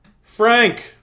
Frank